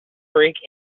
freak